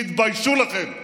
תתביישו לכם.